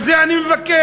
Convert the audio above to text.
על זה אני מבקש.